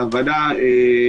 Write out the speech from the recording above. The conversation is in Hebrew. אכן,